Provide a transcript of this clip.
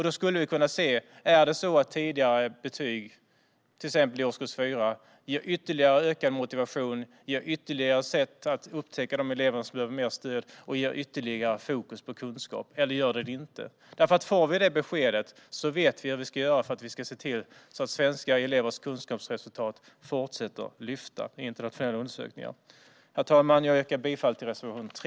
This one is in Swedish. Då skulle vi kunna se om det är så att tidigare betyg, till exempel i årskurs 4, ger ytterligare motivation, ytterligare sätt att upptäcka de elever som behöver mer stöd och ytterligare fokus på kunskap. Får vi det beskedet vet vi hur vi ska göra för att se till att svenska elevers kunskapsresultat fortsätter lyfta i internationella undersökningar. Herr talman! Jag yrkar bifall till reservation 3.